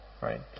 Right